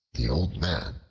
the old man,